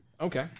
Okay